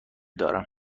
دارم